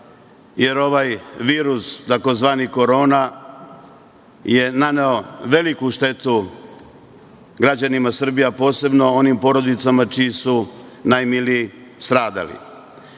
jer ovaj virus, tzv. Korona, je naneo veliku štetu građanima Srbije, a posebno onim porodicama čiji su najmiliji